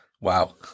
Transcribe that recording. wow